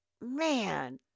man